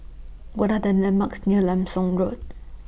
What Are The landmarks near Leong SAM Road